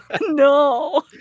No